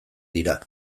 dira